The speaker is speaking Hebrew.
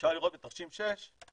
אפשר לראות בתרשים 6 את